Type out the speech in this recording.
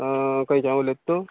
आं खंयच्यान उलयता तूं